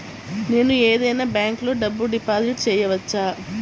నేను ఏదైనా బ్యాంక్లో డబ్బు డిపాజిట్ చేయవచ్చా?